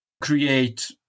create